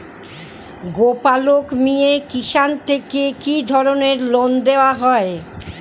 গোপালক মিয়ে কিষান থেকে কি ধরনের লোন দেওয়া হয়?